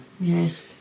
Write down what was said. yes